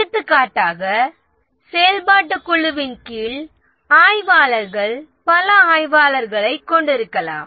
எடுத்துக்காட்டாக செயல்பாட்டுக் குழுவின் கீழ் பல ஆய்வாளர்களைக் கொண்டிருக்கலாம்